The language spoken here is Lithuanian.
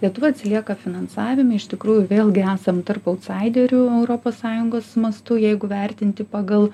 lietuva atsilieka finansavime iš tikrųjų vėlgi esam tarp autsaiderių europos sąjungos mastu jeigu vertinti pagal